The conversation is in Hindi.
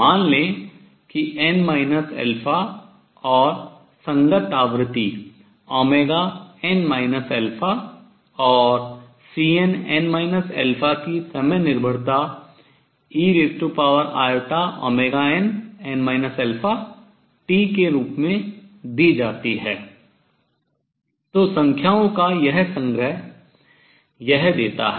मान लें कि n α और संगत आवृत्ति n α और Cnn α की समय निर्भरता einn αt के रूप में दी जाती है तो संख्याओं का यह संग्रह यह देता है